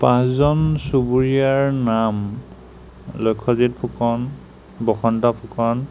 পাঁচজন চুবুৰীয়াৰ নাম লক্ষ্যজিৎ ফুকন বসন্ত ফুকন